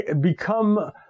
become